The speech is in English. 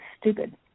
stupid